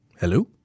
Hello